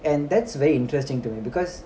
and that's very interesting to me because